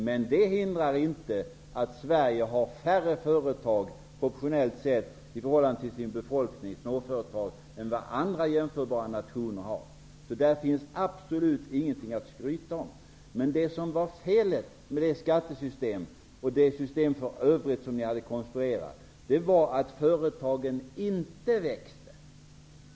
Men det hindrar inte att Sverige har färre småföretag i förhållande till sin befolkning än vad andra, jämförbara nationer har. Där finns absolut ingenting att skryta med. Felet med det skattesystem och det system för övrigt som ni hade konstruerat var att företagen inte växte.